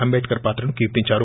అంటేద్కర్ పాత్రను కీర్తించారు